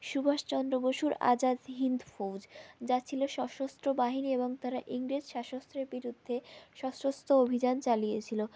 সুভাষ চন্দ বসুর আজাদ হিন্দ ফৌজ যা ছিলো সশস্ত্র বাহিনী এবং তারা ইংরেজ শাসকদের বিরুদ্ধে সশস্ত্র অভিযান চালিয়েছিলো